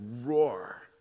roar